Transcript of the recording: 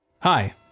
Hi